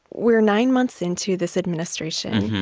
we're nine months into this administration,